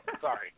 sorry